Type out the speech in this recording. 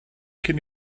cyn